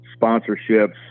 sponsorships